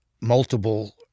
multiple